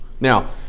Now